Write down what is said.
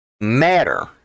matter